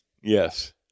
Yes